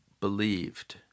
believed